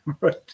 right